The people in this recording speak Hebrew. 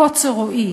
קוצר רואי